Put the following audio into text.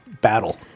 battle